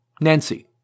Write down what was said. Nancy